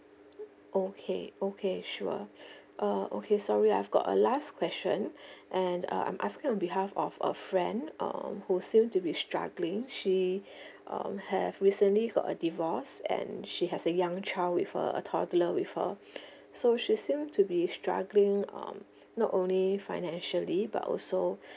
okay okay sure uh okay sorry I've got a last question and uh I'm asking on behalf of a friend um who seem to be struggling she um have recently got a divorce and she has a young child with her a toddler with her so she seem to be struggling um not only financially but also